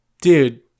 Dude